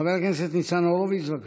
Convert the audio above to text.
חבר הכנסת ניצן הורוביץ, בבקשה.